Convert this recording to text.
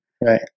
Right